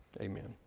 Amen